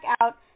out